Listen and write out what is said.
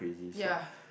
ya